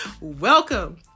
Welcome